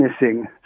missing